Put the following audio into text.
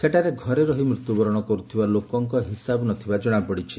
ସେଠାରେ ଘରେ ରହି ମୃତ୍ୟୁବରଣ କରୁଥିବା ଲୋକଙ୍କ ହିସାବ ନ ଥିବା ଜଣାପଡ଼ିଛି